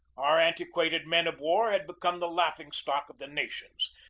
our antiquated men-of-war had become the laughing-stock of the nations.